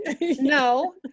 No